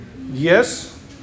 yes